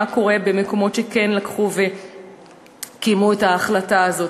קורה במקומות שכן לקחו וקיימו את ההחלטה הזו,